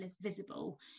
visible